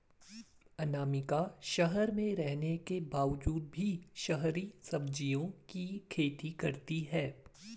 अनामिका शहर में रहने के बावजूद भी शहरी सब्जियों की खेती करती है